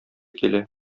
килә